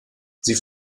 sie